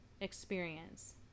experience